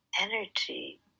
energy